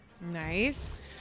Nice